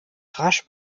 rasch